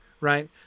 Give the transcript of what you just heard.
right